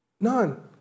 None